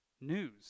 news